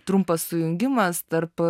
trumpas sujungimas tarp